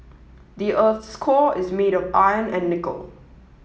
the earth's core is made of iron and nickel